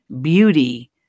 Beauty